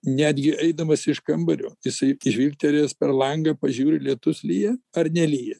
netgi eidamas iš kambario jisai žvilgtelėjęs per langą pažiūri lietus lyja ar nelyja